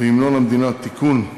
והמנון המדינה (תיקון,